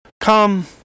Come